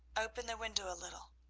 open the window a little.